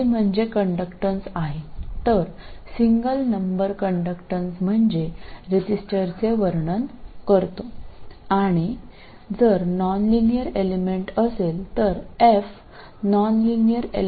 അതിനാൽ ഒറ്റ സംഖ്യയുടെ ചാലകത റെസിസ്റ്ററിനെ വിവരിക്കുന്നു രേഖീയമല്ലാത്ത മൂലകമാണെങ്കിൽ f ഫംഗ്ഷൻ രേഖീയമല്ലാത്ത ഘടകത്തെ വിവരിക്കുന്നു